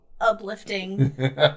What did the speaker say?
uplifting